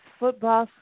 football